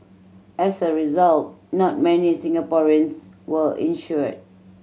as a result not many Singaporeans were insured